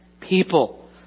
people